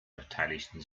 beteiligten